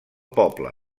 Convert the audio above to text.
poble